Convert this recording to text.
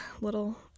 little